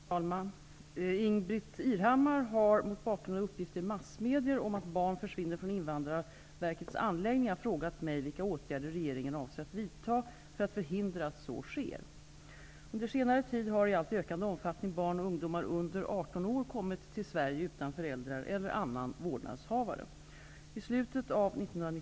Herr talman! Ingbritt Irhammar har, mot bakgrund av uppgifter i massmedier om att barn försvinner från Invandrarverkets anläggningar, frågat mig vilka åtgärder regeringen avser att vidta för att förhindra att så sker. Under senare tid har i allt ökande omfattning barn och ungdomar under 18 år kommit till Sverige utan föräldrar eller annan vårdnadshavare.